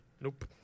Nope